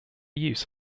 use